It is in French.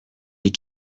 les